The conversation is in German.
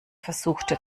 versuchte